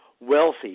wealthy